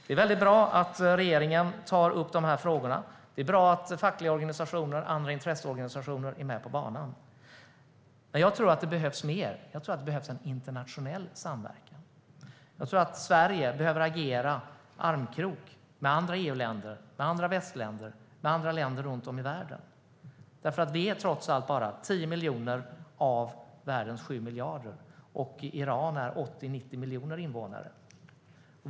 Det är väldigt bra att regeringen tar upp de här frågorna. Det är bra att fackliga organisationer och andra intresseorganisationer är med på banan. Men jag tror att det behövs mer. Det behövs en internationell samverkan. Sverige behöver agera i armkrok med andra EU-länder, andra västländer och andra länder runt om i världen. Vi är trots allt bara 10 miljoner av världens 7 miljarder, och Iran har 80-90 miljoner invånare.